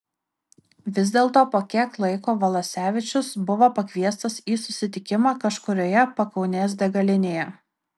vis dėlto po kiek laiko valasevičius buvo pakviestas į susitikimą kažkurioje pakaunės degalinėje